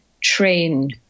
train